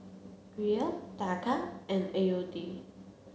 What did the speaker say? Riel Taka and A U D